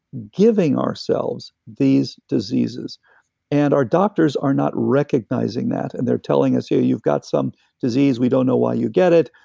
giving ourselves these diseases and our doctors are not recognizing that, and they're telling us, you've got some disease. we don't know why you get it.